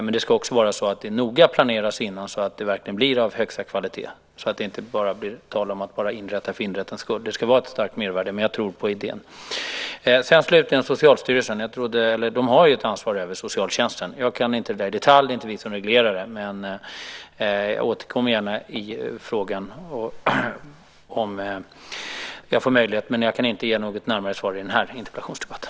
Men det ska noga planeras innan, så att det verkligen blir av högsta kvalitet och att barnahusen inte bara inrättas för inrättandets skull. Det ska vara ett starkt mervärde, men jag tror på idén. Slutligen om Socialstyrelsen, som har ett ansvar för socialtjänsten. Jag kan inte det här i detalj, för det är inte vi som reglerar det, men återkom gärna i frågan. Jag kan inte ge något närmare svar i den här interpellationsdebatten.